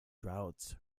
draughts